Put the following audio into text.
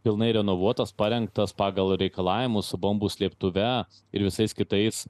pilnai renovuotas parengtas pagal reikalavimus su bombų slėptuve ir visais kitais